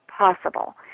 possible